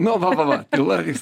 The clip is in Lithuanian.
nu va va va tyla vyks